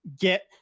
Get